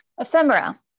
Ephemera